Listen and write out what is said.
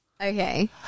Okay